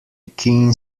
keen